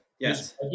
Yes